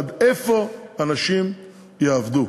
איפה אנשים יעבדו?